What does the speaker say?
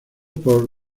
por